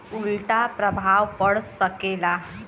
उल्टा प्रभाव पड़ सकेला